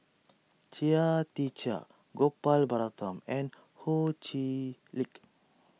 Chia Tee Chiak Gopal Baratham and Ho Chee Lick